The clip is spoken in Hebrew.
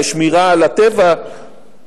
לשמירה על הטבע,